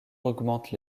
augmente